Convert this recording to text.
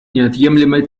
неотъемлемой